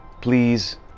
please